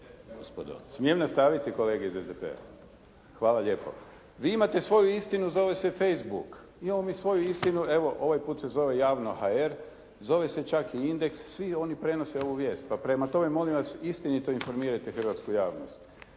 Smijem nastaviti, kolege iz SDP-a? Hvala lijepo. Vi imate svoju istinu, zove se Facebook. Imamo mi svoju istinu evo ovaj put se zove javno.hr, zove se čak i indeks, svi oni prenose ovu vijest. Pa prema tome, molim vas, istinito informirajte hrvatsku javnost.